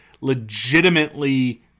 legitimately